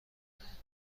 هیپسترها